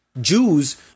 Jews